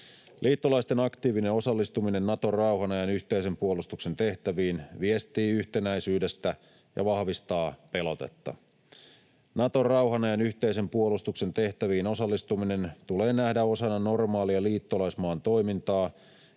Liittolaisten aktiivinen osallistuminen Naton rauhan ajan yhteisen puolustuksen tehtäviin viestii yhtenäisyydestä ja vahvistaa pelotetta. Naton rauhan ajan yhteisen puolustuksen tehtäviin osallistuminen tulee nähdä osana normaalia liittolaismaan toimintaa,